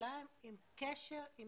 השאלה אם קשר עם